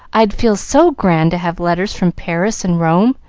i'd feel so grand to have letters from paris and rome,